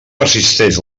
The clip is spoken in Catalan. persisteix